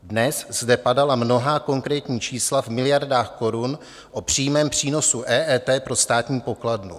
Dnes zde padala mnohá konkrétní čísla v miliardách korun o přímém přínosu EET pro státní pokladnu.